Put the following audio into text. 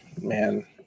man